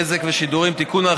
(בזק ושידורים) (תיקון,